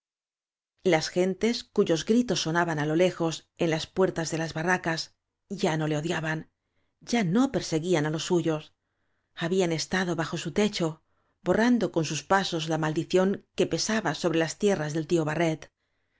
las gentes cuyos gritos soñaban á lo lejos en las puertas de las barracas ya no le odiaban ya no perseguirían á los suyos habían estado bajo su techo borrando con stis pasos la mal dición que pesaba sobre las tierras del lio